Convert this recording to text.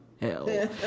hell